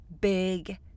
big